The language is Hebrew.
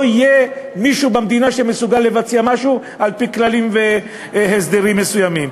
יהיה במדינה מי שמסוגל לבצע משהו על-פי כללים והסדרים מסוימים.